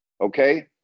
Okay